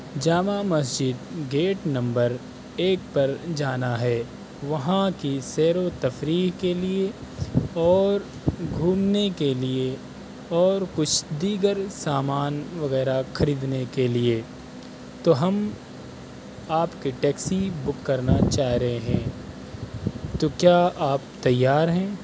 جامع Masjid gate number ایک پر جانا ہے وہاں کی سیر و تفریح کے لیے اور گھومنے کے لیے اور کچھ دیگر سامان وغیرہ خریدنے کے لیے تو ہم آپ کی ٹیکسی بک کرنا چاہ رہے ہیں تو کیا آپ تیار ہیں